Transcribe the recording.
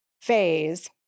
phase